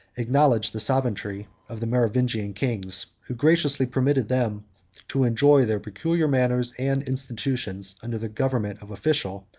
acknowledged the sovereignty of the merovingian kings, who graciously permitted them to enjoy their peculiar manners and institutions, under the government of official,